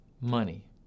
money